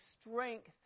strength